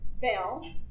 bell